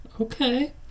Okay